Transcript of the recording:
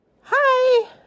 Hi